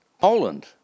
Poland